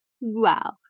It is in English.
Wow